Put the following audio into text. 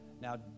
Now